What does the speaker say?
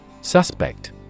Suspect